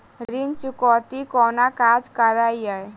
ऋण चुकौती कोना काज करे ये?